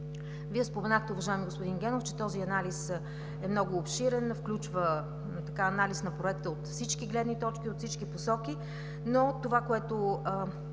Вие споменахте, уважаеми господин Генов, че този анализ е много обширен, включва анализ на проекта от всички гледни точки, от всички посоки, но това, което